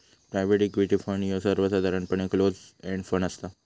private equity fund ह्यो सर्वसाधारणपणे close end fund असता